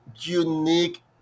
unique